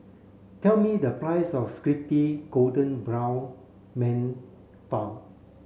tell me the price of crispy golden brown mantou